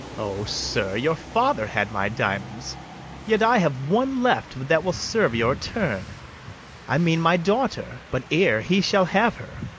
o, sir, your father had my diamonds yet i have one left that will serve your turn i mean my daughter but, ere he shall have her,